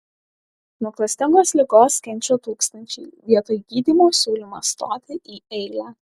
nuo klastingos ligos kenčia tūkstančiai vietoj gydymo siūlymas stoti į eilę